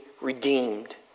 redeemed